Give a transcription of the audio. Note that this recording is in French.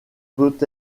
peut